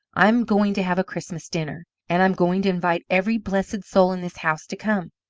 i'm going to have a christmas dinner, and i'm going to invite every blessed soul in this house to come.